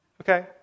okay